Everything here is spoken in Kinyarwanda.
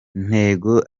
intego